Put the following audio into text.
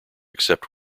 except